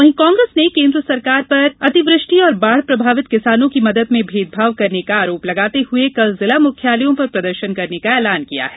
वहीं कांग्रेस ने केन्द्र सरकार पर अतिवृष्टि और बाढ़ प्रभावित किसानों की मदद में भेदभाव करने का आरोप लगाते हुए कल जिला मुख्यालयों पर प्रदर्शन करने का ऐलान किया है